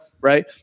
right